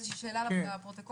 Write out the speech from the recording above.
איזושהי שאלה לפרוטוקול?